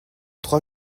trois